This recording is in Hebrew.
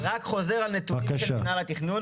אני רק חוזר על נתונים של מינהל התכנון,